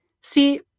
See